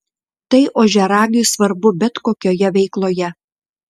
tai ožiaragiui svarbu bet kokioje veikloje